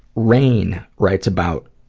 rain writes about